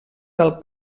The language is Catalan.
del